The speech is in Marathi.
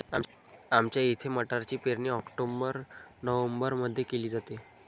आमच्या इथे मटारची पेरणी ऑक्टोबर नोव्हेंबरमध्ये केली जाते